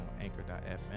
Anchor.fm